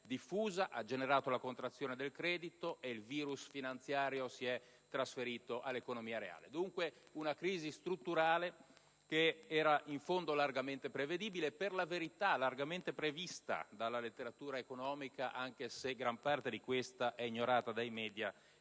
diffusa, generando la contrazione del credito, e il virus finanziario si è trasferito all'economia reale. Dunque, una crisi strutturale che era, in fondo, largamente prevedibile, per la verità largamente prevista dalla letteratura economica anche se gran parte di questa è ignorata dai *media*